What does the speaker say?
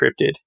encrypted